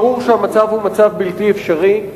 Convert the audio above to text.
ברור שהמצב הוא מצב בלתי אפשרי.